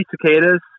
cicadas